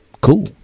cool